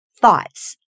thoughts